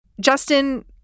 Justin